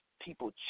people